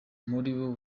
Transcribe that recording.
muribo